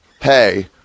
Hey